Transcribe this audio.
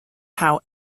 how